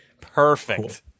Perfect